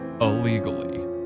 illegally